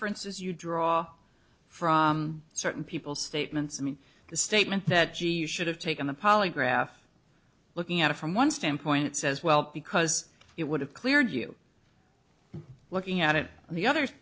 ences you draw from certain people statements i mean the statement that gee you should have taken the polygraph looking at it from one standpoint says well because it would have cleared you looking at it and the other